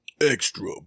Extra